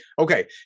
Okay